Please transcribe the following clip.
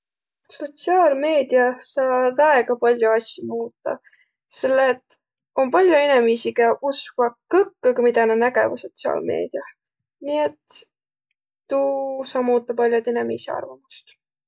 Sotsiaalmeediä saa väega pall'o asjo muutaq, selle et om pall'o inemiisi, kiä uskvaq kõkkõ, midä nä nägeväq sotsiaalmeediäh. Nii et tuu saa muutaq pall'odõ inemiisi arvamust.